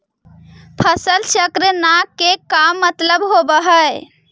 फसल चक्र न के का मतलब होब है?